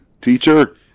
Teacher